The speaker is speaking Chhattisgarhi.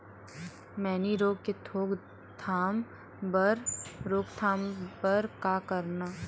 मैनी रोग के रोक थाम बर का करन?